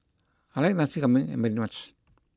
I like Nasi Ambeng very much